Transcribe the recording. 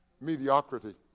mediocrity